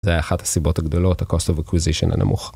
זה היה אחת הסיבות הגדולות, ה-cost of acquisition הנמוך.